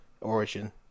origin